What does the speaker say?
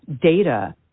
data